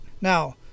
now